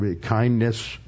Kindness